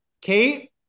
Kate